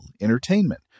entertainment